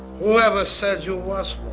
whoever says you was